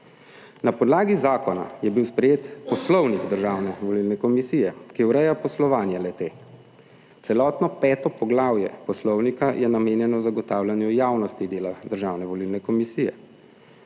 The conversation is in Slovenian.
Na podlagi zakona je bil sprejet Poslovnik Državne volilne komisije, ki ureja poslovanje le-te. Celotno 5. poglavje poslovnika je namenjeno zagotavljanju javnosti dela Državne volilne komisije.